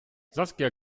saskia